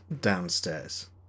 downstairs